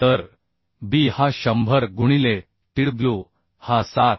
तर b हा 100 गुणिले tw हा 7